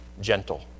gentle